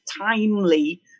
timely